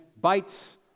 bites